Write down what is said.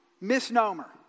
misnomer